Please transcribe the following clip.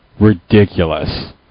Ridiculous